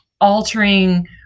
altering